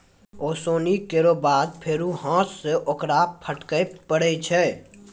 ओसौनी केरो बाद फेरु हाथ सें ओकरा फटके परै छै